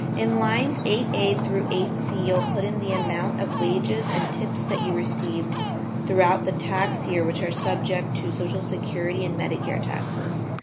in lines eight eight through eight c put in the amount of wages and tips that you received throughout the tax year which are subject to social security and medicare taxes.